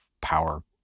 power